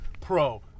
Pro